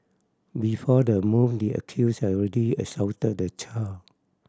before the move the accused had already assaulted the child